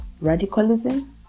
radicalism